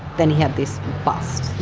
then he had this bust